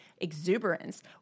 exuberance